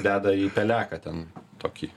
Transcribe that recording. deda į peleką ten tokį